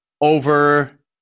over